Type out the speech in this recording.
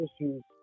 issues